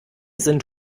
sind